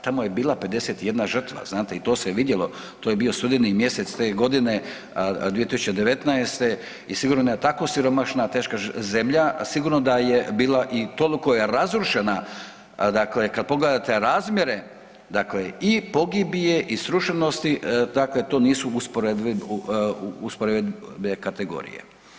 Tamo je bila 51 žrtva znate i to se vidjelo, to je bio studeni mjesec te godine 2019. i sigurno jedna tako siromašna teška zemlja sigurno da je bila i toliko je razrušena dakle kad pogledate razmjere dakle i pogibije i srušenosti dakle to nisu usporede kategorije.